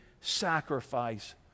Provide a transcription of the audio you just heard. sacrifice